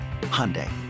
Hyundai